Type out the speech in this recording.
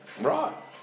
Right